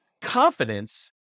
confidence